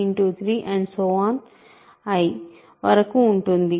i వరకు ఉంటుంది